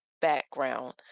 background